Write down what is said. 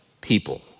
people